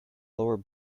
lower